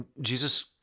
Jesus